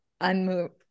unmoved